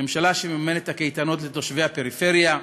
ממשלה שמממנת את הקייטנות לתושבי הפריפריה,